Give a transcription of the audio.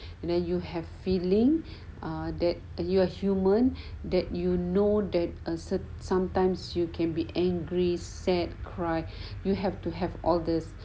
and then you have feeling ah that ah you are human that you know that uh sometimes you can be angry sad cry you have to have all this